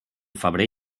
febrer